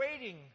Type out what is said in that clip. waiting